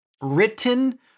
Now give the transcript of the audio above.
written